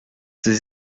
sie